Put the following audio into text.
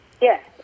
Yes